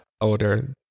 older